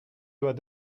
doit